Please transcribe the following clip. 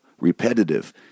repetitive